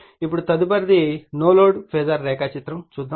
ఇప్పుడు తదుపరిది no load phasor రేఖాచిత్రం చూద్దాము